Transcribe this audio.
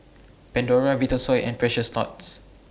Pandora Vitasoy and Precious Thots